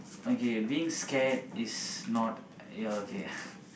okay being scared is not yeah okay